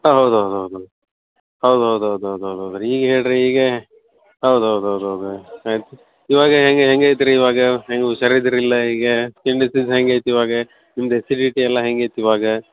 ಹಾಂ ಹೌದು ಹೌದು ಹೌದು ಹೌದು ಹೌದು ಹೌದು ಹೌದು ಹೌದು ಹೌದು ಹೌದು ಹೌದು ರೀ ಈಗ ಹೇಳಿರಿ ಈಗ ಹೌದು ಹೌದು ಹೌದು ಹೌದು ಹೌದು ಆಯಿತು ಇವಾಗ ಹೇಗೆ ಹೇಗೆ ಐತ್ರಿ ಇವಾಗ ಹ್ಯಾಗು ಹುಷಾರಿದ್ದೀರೋ ಇಲ್ಲ ಈಗ ತಿಂಡಿ ತಿಂದು ಹೆಂಗಾಯ್ತು ಇವಾಗ ನಿಮ್ದು ಆ್ಯಸಿಡಿಟಿಯೆಲ್ಲ ಹೆಂಗಿತ್ತು ಇವಾಗ